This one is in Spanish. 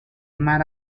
mar